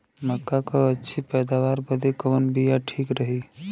मक्का क अच्छी पैदावार बदे कवन बिया ठीक रही?